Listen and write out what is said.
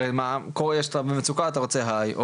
הרי כל מצוקה אתה רוצה היי,